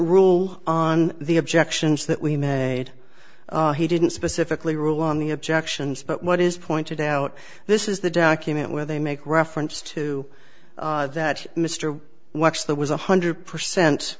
rule on the objections that we may add he didn't specifically rule on the objections but what is pointed out this is the document where they make reference to that mr watch that was one hundred percent